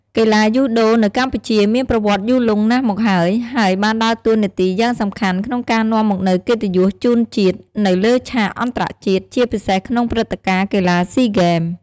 កីឡាយូដូនៅកម្ពុជាមានប្រវត្តិយូរលង់ណាស់មកហើយ ហើយបានដើរតួនាទីយ៉ាងសំខាន់ក្នុងការនាំមកនូវកិត្តិយសជូនជាតិនៅលើឆាកអន្តរជាតិ ជាពិសេសក្នុងព្រឹត្តិការណ៍កីឡាស៊ីហ្គេម ។